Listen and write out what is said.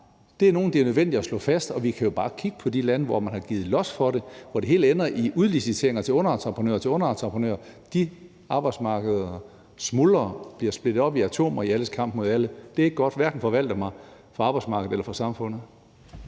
har, er nogle, som det er nødvendigt at slå fast. Vi kan jo bare kigge på de lande, hvor man har givet los for det, hvor det hele ender i udlicitering til underentreprenører til underentreprenører. De arbejdsmarkeder smuldrer og bliver splittet op i atomer i alles kamp mod alle. Det er ikke godt – hverken for Valdemar, for arbejdsmarkedet eller for samfundet.